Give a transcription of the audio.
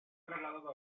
trasladado